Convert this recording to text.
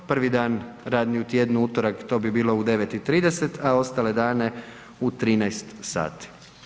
Prvi dan radni u tjednu, utorak, to bi bilo u 9 i 30, a ostale dane u 13 sati.